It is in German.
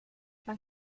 man